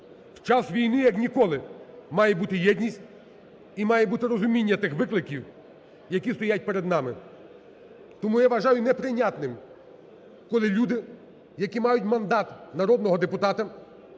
В час війни як ніколи має бути єдність і має бути розуміння тих викликів, які стоять перед нами. Тому я вважаю неприйнятим, коли люди, які мають мандат народного депутата,